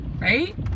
right